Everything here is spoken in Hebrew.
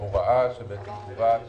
הוראה שקובעת